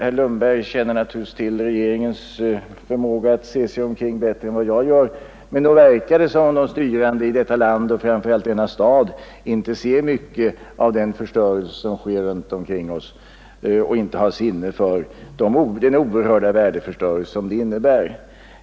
Herr Lundberg känner naturligtvis till regeringens förmåga att se sig omkring bättre än vad jag gör, men nog verkar det som om de styrande i detta land och framför allt i denna stad inte ser mycket av den förstörelse som sker runtomkring oss och inte har sinne för den oerhörda värdeförstöring som det innebär.